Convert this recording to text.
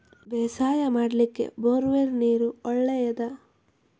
ಬೇಸಾಯ ಮಾಡ್ಲಿಕ್ಕೆ bore well ನೀರು ಒಳ್ಳೆಯದಾ?